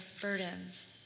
burdens